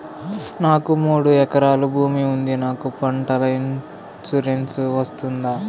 నాకు మూడు ఎకరాలు భూమి ఉంది నాకు పంటల ఇన్సూరెన్సు వస్తుందా?